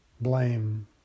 Blame